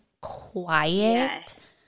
quiet